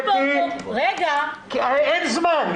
צריך כבר- -- קטי אין זמן.